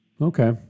Okay